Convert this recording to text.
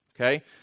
Okay